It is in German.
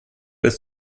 ist